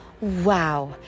Wow